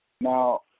Now